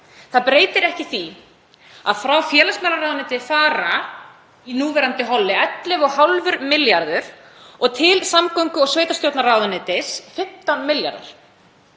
Það breytir ekki því að frá félagsmálaráðuneyti fara í núverandi holli 11,5 milljarður og til samgöngu- og sveitarstjórnarráðuneytis 15 milljarðar.